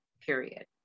period